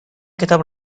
کتاب